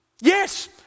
Yes